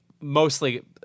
mostly